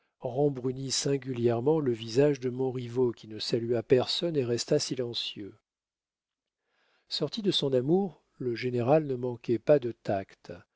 rembrunit singulièrement le visage de montriveau qui ne salua personne et resta silencieux sorti de son amour le général ne manquait pas de tact